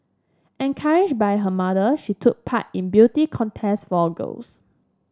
encouraged by her mother she took part in beauty contests for girls